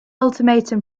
ultimatum